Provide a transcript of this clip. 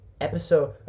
episode